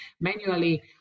manually